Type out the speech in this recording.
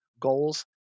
goals